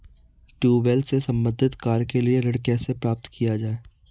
Tubewell से संबंधित कार्य के लिए ऋण कैसे प्राप्त किया जाए?